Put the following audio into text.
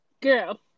Girl